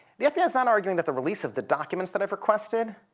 the fbi is not arguing that the release of the documents that i've requested